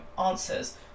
answers